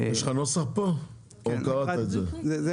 לפני